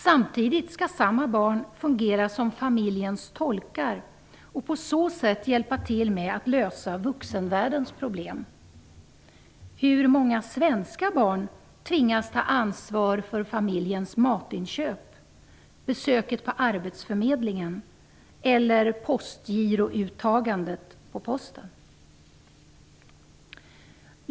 Samtidigt skall samma barn fungera som familjens tolkar och på så sätt hjälpa till med att lösa vuxenvärldens problem. Hur många svenska barn tvingas ta ansvar för familjens matinköp, för besöket på Arbetsförmedlingen eller för postgirouttaget på Posten?